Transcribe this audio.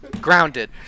grounded